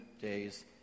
days